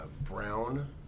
brown